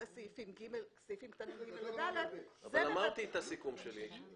לארץ, אלה סעיפים קטנים (ג) ו-(ד), זה בוודאי חדש